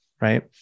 right